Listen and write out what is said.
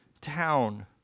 town